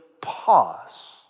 pause